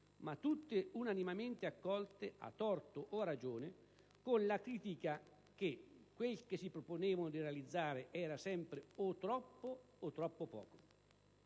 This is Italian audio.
ma tutte unanimemente accolte - a torto o a ragione - con la critica che quel che si proponevano di realizzare era sempre o troppo o troppo poco.